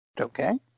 Okay